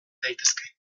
daitezke